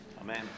Amen